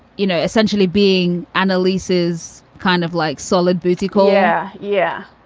you know, essentially being analisa is kind of like solid booty call. yeah, yeah.